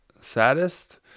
Saddest